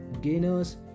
gainers